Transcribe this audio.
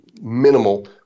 minimal